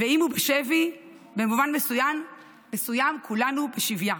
ואם הוא בשבי, במובן מסוים כולנו בשביה.